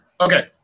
okay